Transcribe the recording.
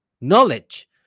knowledge